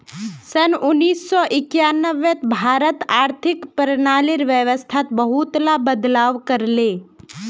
सन उन्नीस सौ एक्यानवेत भारत आर्थिक प्रणालीर व्यवस्थात बहुतला बदलाव कर ले